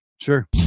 sure